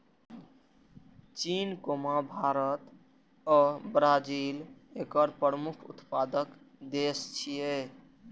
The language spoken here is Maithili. चीन, भारत आ ब्राजील एकर प्रमुख उत्पादक देश छियै